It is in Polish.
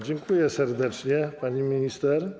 Dziękuję serdecznie, pani minister.